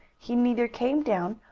he neither came down,